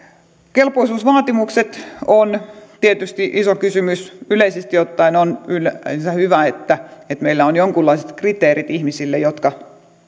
kelpoisuusvaatimukset on tietysti iso kysymys yleisesti ottaen on yleensä hyvä että meillä on jonkunlaiset kriteerit ihmisille jotka